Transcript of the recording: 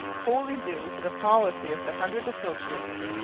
wholly due to the policy of the hundred associates.